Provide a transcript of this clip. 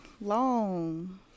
long